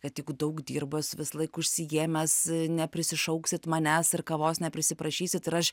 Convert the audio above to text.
kad jeigu daug dirba visąlaik užsiėmęs neprisišauksit manęs ir kavos neprisiprašysit ir aš